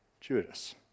Judas